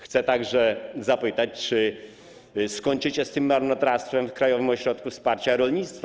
Chcę także zapytać, czy skończycie z tym marnotrawstwem w Krajowym Ośrodku Wparcia Rolnictwa.